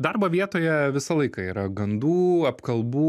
darbo vietoje visą laiką yra gandų apkalbų